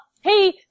hey